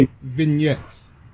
vignettes